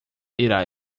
irá